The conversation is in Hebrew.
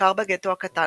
בעיקר בגטו הקטן,